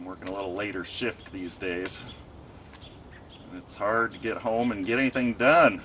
it's working a little later shift these days it's hard to get home and get anything done